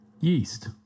yeast